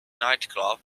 nightclub